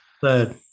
Third